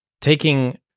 taking